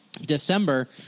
December